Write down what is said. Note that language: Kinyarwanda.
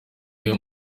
uyu